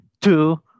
two